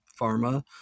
Pharma